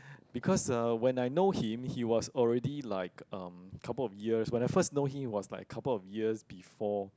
because uh when I know him he was already like um couple of years when I first know him it was like a couple of years before